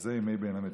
זה ימי בין המצרים.